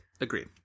Agreed